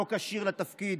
לא כשיר לתפקיד,